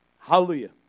Hallelujah